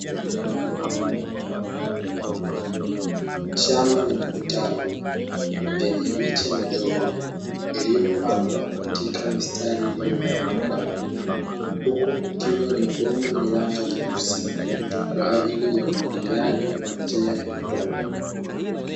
Shamba lenye vitalu vyenye miche midogo iliyopandwa katika mistari iliyonyooka, huku kukiwa na mabomba yenye rangi nyeusi kwa ajili ya umwagiliaji wa njia ya matone.